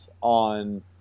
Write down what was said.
on